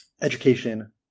education